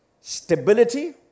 stability